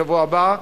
בשבוע הבא,